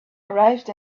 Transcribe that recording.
arrived